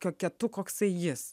kokia tu koksai jis